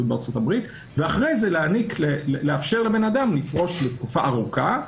בארצות הברית לאפשר לבן-אדם לפרוש לתקופה ארוכה,